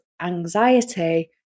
anxiety